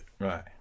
Right